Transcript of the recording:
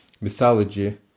mythology